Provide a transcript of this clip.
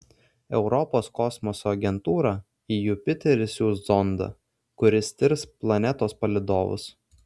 europos kosmoso agentūra į jupiterį siųs zondą kuris tirs planetos palydovus